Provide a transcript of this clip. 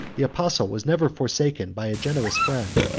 the apostle was never forsaken by a generous friend,